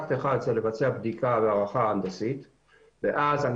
דבר אחד זה לבצע בדיקה להערכה הנדסית --- אתה